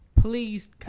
Please